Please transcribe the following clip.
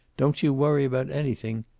don't you worry about anything.